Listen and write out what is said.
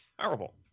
terrible